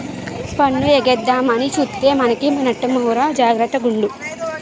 పన్ను ఎగేద్దామని సూత్తే మనకే నట్టమురా జాగర్త గుండు